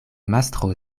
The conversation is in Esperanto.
mastro